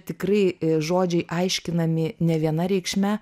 tikrai žodžiai aiškinami ne viena reikšme